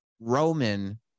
Roman